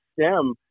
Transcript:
stem